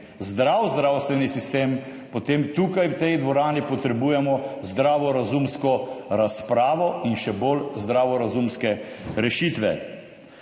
zdrav zdravstveni sistem, potem tukaj, v tej dvorani potrebujemo zdravorazumsko razpravo in še bolj zdravorazumske rešitve.